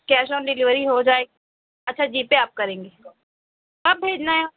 cash on delivery ہو جائے گا اچھا جی پے آپ کریں گی کب بھیجنا ہے آپ